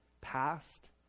past